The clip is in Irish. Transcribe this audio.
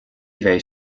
bheidh